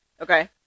okay